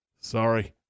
Sorry